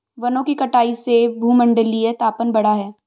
वनों की कटाई से भूमंडलीय तापन बढ़ा है